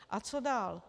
A co dál?